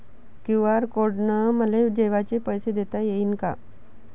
QR code न मले माये जेवाचे पैसे देता येईन का?